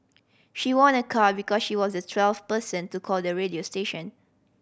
she won a car because she was the twelfth person to call the radio station